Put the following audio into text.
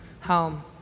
home